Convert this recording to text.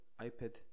iPad